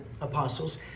apostles